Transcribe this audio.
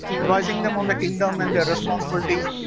advising them on their kingdoms and their responsibilities,